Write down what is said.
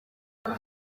muri